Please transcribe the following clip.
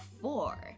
four